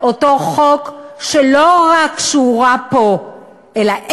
אותו חוק שלא רק שהוא רע פה אלא,